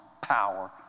power